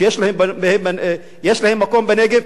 שיש להם מקום בנגב,